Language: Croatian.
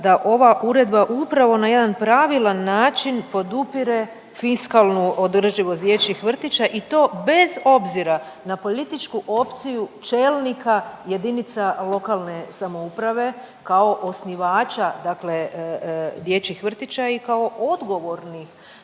da ova uredba upravo na jedan pravilan način podupire fiskalnu održivost dječjih vrtića i to bez obzira na političku opciju čelnika JLS kao osnivača, dakle dječjih vrtića i kao odgovornih